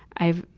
i've,